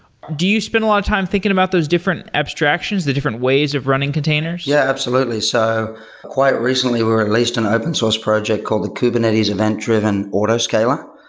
do you spend a lot of time thinking about those different abstractions, the different ways of running containers? yeah, absolutely. so quite recently we released an open source project called a kubernetes event-driven autoscaler,